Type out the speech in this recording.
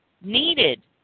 needed